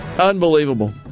Unbelievable